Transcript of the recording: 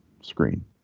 screen